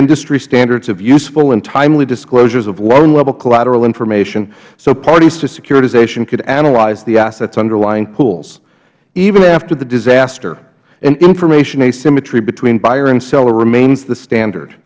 industry standards of useful and timely disclosures of loan level collateral information so parties to securitization could analyze the assets underlying pools even after the disaster information asymmetry between buyer and seller remains the standard